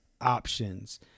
options